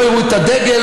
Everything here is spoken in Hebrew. לא יראו את הדגל,